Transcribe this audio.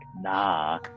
nah